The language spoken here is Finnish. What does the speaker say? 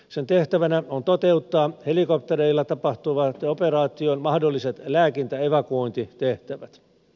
sen tehtävänä on toteuttaa helikoptereilla tapahtuvan operaation mahdolliset lääkintäevakuointitehtävät